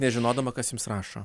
nežinodama kas jums rašo